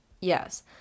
Yes